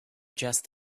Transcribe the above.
just